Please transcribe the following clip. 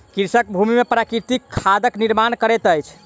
कृषक भूमि में प्राकृतिक खादक निर्माण करैत अछि